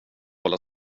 hålla